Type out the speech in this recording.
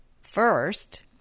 first